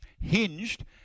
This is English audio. hinged